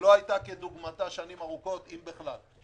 שלא היתה כדוגמתה שנים ארוכות אם בכלל.